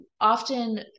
often